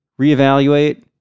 reevaluate